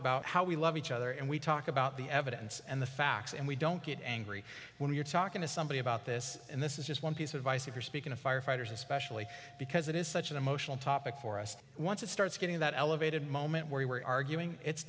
about how we love each other and we talk about the evidence and the facts and we don't get angry when we're talking to somebody about this and this is just one piece of advice if you're speaking of firefighters especially because it is such an emotional topic for us once it starts getting that elevated moment where we were arguing it's